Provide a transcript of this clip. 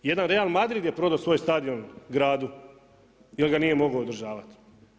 Jedan Real Madrid je prodao svoj stadion gradu jel ga nije mogao održavati.